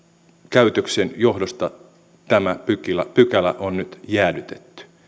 käytöksen johdosta tämä pykälä pykälä on nyt jäädytetty